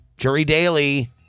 jurydaily